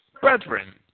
Brethren